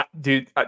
Dude